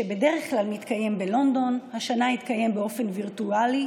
שבדרך כלל מתקיים בלונדון והשנה התקיים באופן וירטואלי